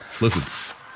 Listen